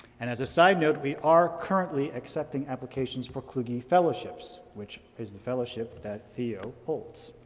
and as a side note, we are currently accepting applications for kluge fellowships, which is the fellowship that theo holds.